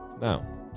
Now